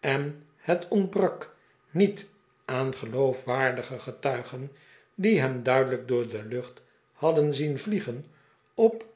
en het ontbrak niet aan geloofwaardige getuigen die hem duidelijk door de lucht hadden zien vliegen op